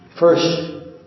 First